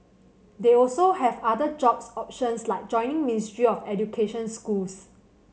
they also have other jobs options like joining Ministry of Education schools